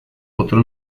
otro